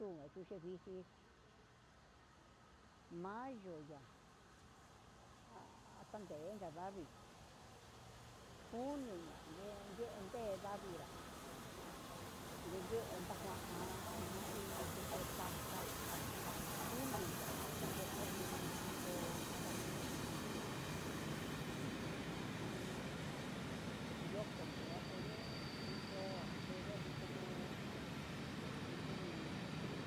Nguga nduje viji mayo ya'a ha tangue ga ndavii junio ña'a ndenga nguera ngue ndekuan nain chichetatai kuluu ya'a chikemengui iho javaniño itu uun yoko ndua keve jukuu ujun.